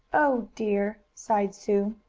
oh dear! sighed sue.